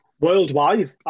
Worldwide